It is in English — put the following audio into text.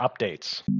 updates